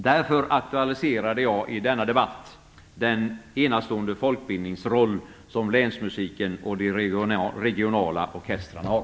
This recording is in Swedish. Därför aktualiserade jag i denna debatt den enastående folkbildningsroll som länsmusiken och de regionala orkestrarna har.